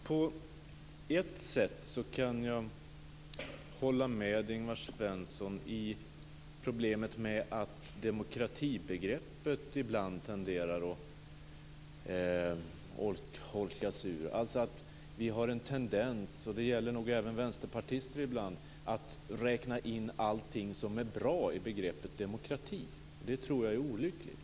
Fru talman! Jag kan på ett sätt hålla med Ingvar Svensson, nämligen att demokratibegreppet ibland tenderar att holkas ur. Vi har en tendens - och det gäller ibland nog även vänsterpartister - att i begreppet demokrati räkna in allting som är bra. Jag tror att det är olyckligt.